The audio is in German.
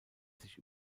sich